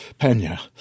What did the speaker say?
Pena